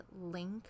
link